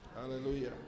Hallelujah